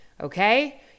okay